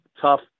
tough